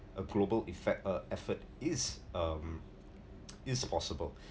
a global effect uh effort is um it is possible